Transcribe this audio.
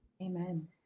Amen